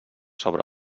sobre